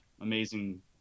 amazing